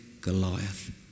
Goliath